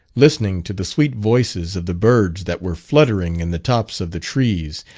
listening to the sweet voices of the birds that were fluttering in the tops of the trees,